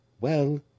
Well